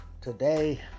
today